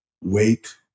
wait